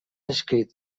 escrit